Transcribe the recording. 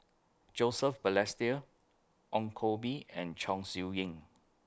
Joseph Balestier Ong Koh Bee and Chong Siew Ying